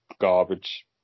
Garbage